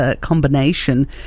combination